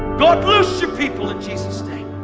god, loose your people in jesus' name.